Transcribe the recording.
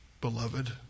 beloved